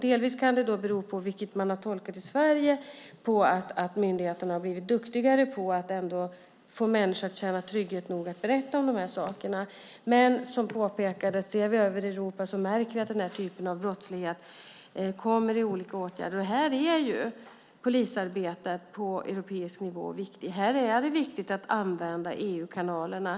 Delvis kan det bero på - det är den tolkning som har gjorts i Sverige - att myndigheten har blivit duktigare på att få människor att känna trygghet nog att berätta om de här sakerna. Men, som påpekades, ser vi över Europa märker vi att den här typen av brottslighet bekämpas med olika åtgärder. Här är polisarbetet på europeisk nivå viktigt. Här är det viktigt att använda EU-kanalerna.